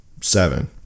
seven